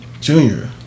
Junior